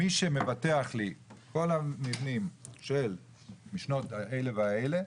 מי שמבטח לי את כל המבנים שמשנות אלה ואלה,